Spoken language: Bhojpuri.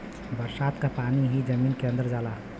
बरसात क पानी ही जमीन के अंदर जाला